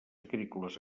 agrícoles